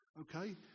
okay